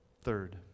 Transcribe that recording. Third